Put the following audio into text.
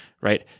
Right